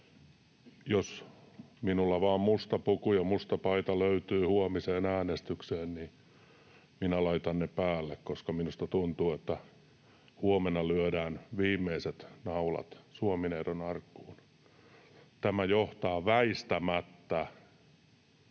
Jos minulla vain musta puku ja musta paita löytyy huomiseen äänestykseen, niin laitan ne päälle, koska minusta tuntuu, että huomenna lyödään viimeiset naulat Suomi-neidon arkkuun. Tämä johtaa väistämättä